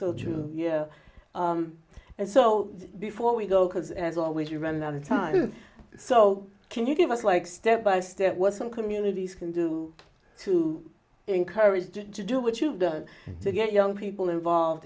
all true so true and so before we go because as always you run out of time so can you give us like step by step what some communities can do to encourage you to do what you've done to get young people involved